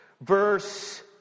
verse